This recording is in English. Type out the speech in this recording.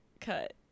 cut